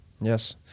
Yes